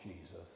Jesus